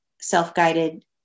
self-guided